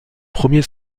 premiers